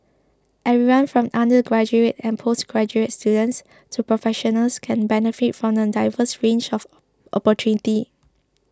everyone from undergraduate and postgraduate students to professionals can benefit from the diverse range of opportunities